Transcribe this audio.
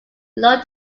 below